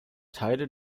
teile